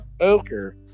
Anchor